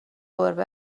گربه